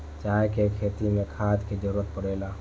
चाय के खेती मे खाद के जरूरत पड़ेला